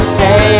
say